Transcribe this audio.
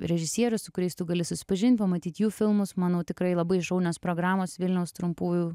režisierių su kuriais tu gali susipažint pamatyt jų filmus manau tikrai labai šaunios programos vilniaus trumpųjų